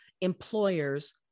employers